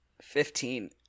Fifteen